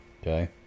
Okay